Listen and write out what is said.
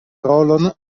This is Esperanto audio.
rolon